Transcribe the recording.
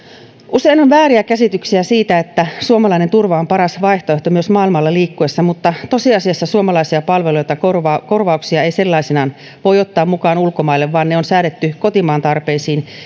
usein on vääriä käsityksiä siitä että suomalainen turva on paras vaihtoehto myös maailmalla liikuttaessa mutta tosiasiassa suomalaisia palveluja tai korvauksia ei sellaisenaan voi ottaa mukaan ulkomaille vaan ne on säädetty kotimaan tarpeisiin